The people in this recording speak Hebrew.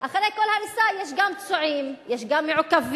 אחרי כל הריסה יש גם פצועים, יש גם מעוכבים.